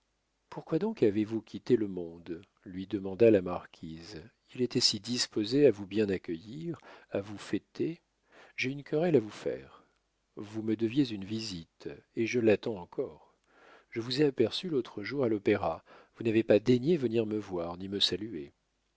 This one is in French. pourquoi donc avez-vous quitté le monde lui demanda la marquise il était si disposé à vous bien accueillir à vous fêter j'ai une querelle à vous faire vous me deviez une visite et je l'attends encore je vous ai aperçu l'autre jour à l'opéra vous n'avez pas daigné venir me voir ni me saluer